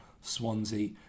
Swansea